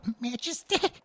Majesty